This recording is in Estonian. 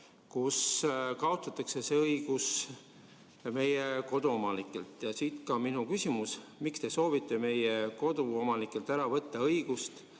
kaotatakse see õigus meie koduomanikel. Ja siit ka minu küsimus: miks te soovite meie koduomanikelt ära võtta õigust